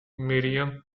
miriam